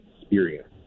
experience